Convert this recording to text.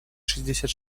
шестьдесят